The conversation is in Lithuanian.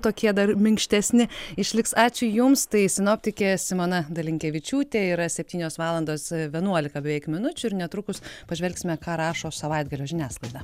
tokie dar minkštesni išliks ačiū jums tai sinoptikė simona dalinkevičiūtė yra septynios valandos vienuolika beveik minučių ir netrukus pažvelgsime ką rašo savaitgalio žiniasklaida